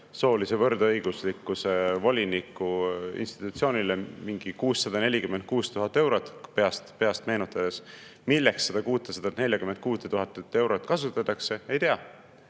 soolise võrdõiguslikkuse voliniku institutsioonile mingi 646 000 eurot, peast meenutades. Milleks seda 646 000 eurot kasutatakse? Ei tea.